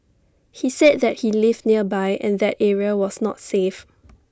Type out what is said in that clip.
he said that he lived nearby and that area was not safe